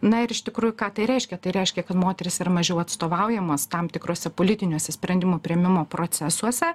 na ir iš tikrųjų ką tai reiškia tai reiškia kad moterys yra mažiau atstovaujamos tam tikruose politiniuose sprendimų priėmimo procesuose